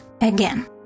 again